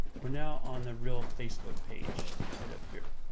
we're now on the real facebook page, right up here.